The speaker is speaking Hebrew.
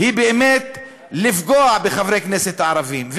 היא באמת לפגוע בחברי הכנסת הערבים,